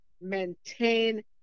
maintain